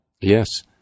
Yes